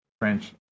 French